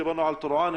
דברנו על טורעאן,